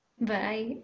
Bye